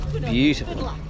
Beautiful